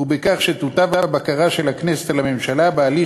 ובכך שתוטב הבקרה של הכנסת על הממשלה בהליך